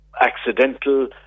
accidental